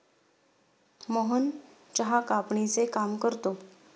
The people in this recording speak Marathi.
मोहन चहा कापणीचे काम करतो